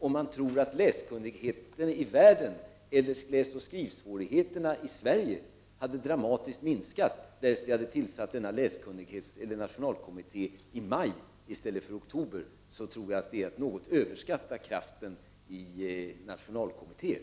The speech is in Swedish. Om man tror att läsoch skrivsvå righeterna i Sverige hade dramatiskt minskat därest vi hade tillsatt denna nationalkommitté i maj i stället för oktober är det att något överskatta kraften i nationalkommittén.